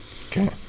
Okay